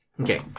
Okay